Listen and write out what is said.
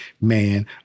man